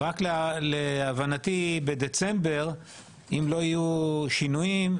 רק להבנתי בדצמבר אם לא יהיו שינויים,